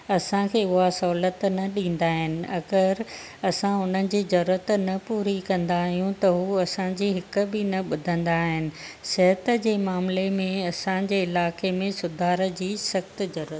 असांखे उहा सहुलियत न ॾींदा आइनि अगरि असां उन्हनि जी ज़रूरत न पूरी कंदा आहियूं त हू असां जी हिकु बि न ॿुधंदा आहिनि सिहतु जे मामले में असांजे इलाइक़े में सुधार जी सख़्तु ज़रूरत आहे